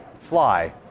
Fly